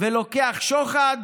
ולוקח שוחד,